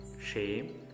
shame